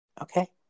Okay